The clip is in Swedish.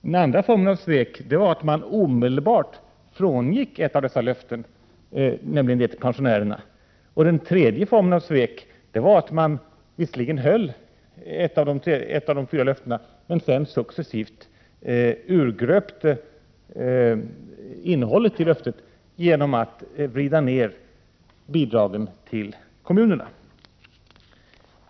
Den andra formen av svek var att man omedelbart frångick ett av dessa löften, nämligen det till pensionärerna. Den tredje formen av svek var att man visserligen höll ett av de fyra löftena, men sedan successivt urgröpte innehållet i löftet genom att vrida ned bidragen till kommunerna.